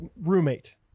roommate